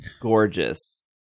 gorgeous